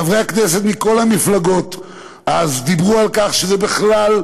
חברי הכנסת מכל המפלגות אז דיברו על כך שזה בכלל,